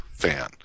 fan